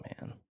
Man